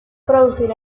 producir